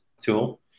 tool